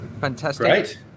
fantastic